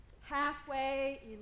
Halfway